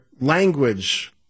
language